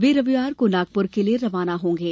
वे रविवार को नागपुर के लिए रवाना होंगे